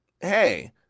hey